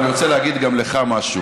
אבל אני רוצה להגיד גם לך משהו.